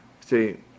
See